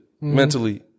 mentally